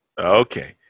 Okay